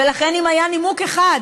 ולכן, אם היה נימוק אחד